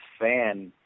fan